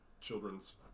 children's